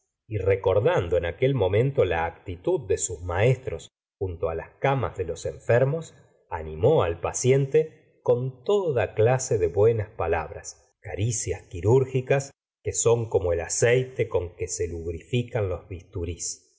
y recordando en aquel momento la actitud de sus maestros junto á las camas de los enfermos animó al paciente con toda clase de buenas palabras caricias quirúrgicas que son como el aceite con que se lubrifican los bisturís